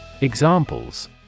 Examples